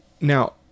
Now